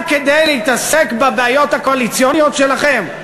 רק כדי להתעסק בבעיות הקואליציוניות שלכם?